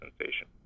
sensation